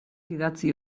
idatzi